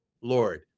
Lord